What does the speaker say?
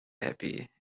happy